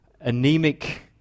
anemic